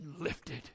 lifted